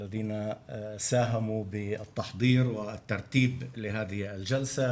אשר דאג להכנות ולהסדיר את ענייני הישיבה הזו,